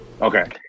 Okay